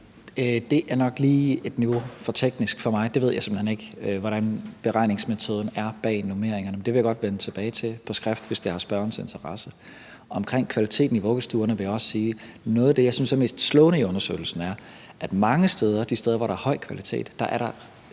Det er nok lige et niveau for teknisk for mig. Det ved jeg simpelt hen ikke, altså hvordan beregningsmetoden bag normeringerne er. Det vil jeg godt vende tilbage til på skrift, hvis det har spørgerens interesse. Omkring kvaliteten i vuggestuerne vil jeg også sige, at noget af det, jeg synes er mest slående i undersøgelsen, er, at mange af de steder, hvor der er høj kvalitet, er der